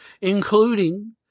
including